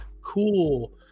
cool